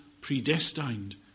predestined